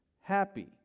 happy